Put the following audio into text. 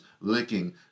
licking